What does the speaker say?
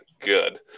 good